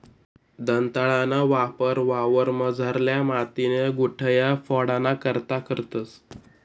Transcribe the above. दंताळाना वापर वावरमझारल्या मातीन्या गुठया फोडाना करता करतंस